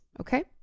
Okay